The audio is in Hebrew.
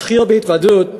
אתחיל בהתוודות,